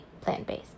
plant-based